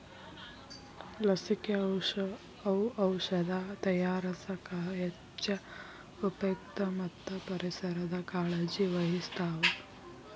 ಲಸಿಕೆ, ಔಔಷದ ತಯಾರಸಾಕ ಹೆಚ್ಚ ಉಪಯುಕ್ತ ಮತ್ತ ಪರಿಸರದ ಕಾಳಜಿ ವಹಿಸ್ತಾವ